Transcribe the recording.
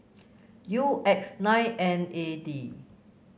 U X nine N eight D